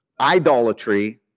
Idolatry